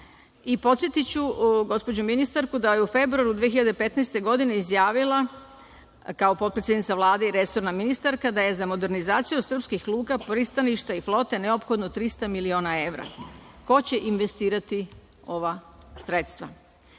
5%.Podsetiću gospođu ministarku da je u februaru 2015. godine izjavila, kao potpredsednica Vlade i resorna ministarka da je za modernizaciju srpskih luka, pristaništa i flote neophodno 300 miliona evra. Ko će investirati ova sredstva? Takođe,